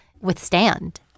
withstand